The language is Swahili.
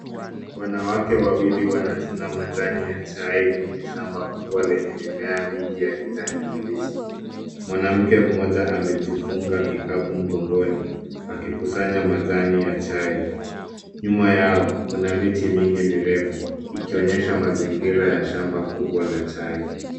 Wanawake wawili wanachuna majani ya chai kwenye shamba kubwa lenye mimea mingi ya kijani kibichi. Mwanamke moja amejifunga kikapu mgongoni akikusanya majani ya chai. Nyuma yao kuna miti mingi mirefu ikionyesha mazingira ya shamba kubwa la chai.